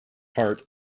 heart